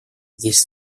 здесь